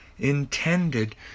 intended